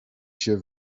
się